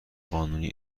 قانونی